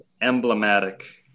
emblematic